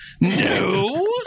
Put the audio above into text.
No